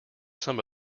some